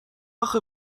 آخه